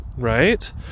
Right